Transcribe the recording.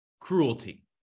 cruelty